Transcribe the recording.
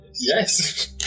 Yes